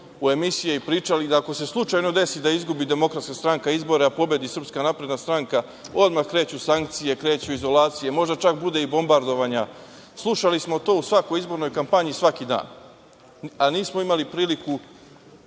u emisije i pričali da ako se slučajno desi da izgubi DS izbore, a pobedi SNS odmah kreću sankcije, kreću izolacije, možda čak bude i bombardovanja. Slušali smo to u svakoj izbornoj kampanji svaki dan, a nismo imali priliku